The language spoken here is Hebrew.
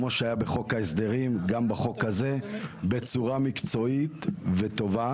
כמו שהיה בחוק ההסדרים גם בחוק הזה בצורה מקצועית וטובה,